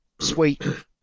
sweet